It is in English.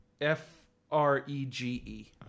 F-R-E-G-E